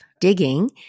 digging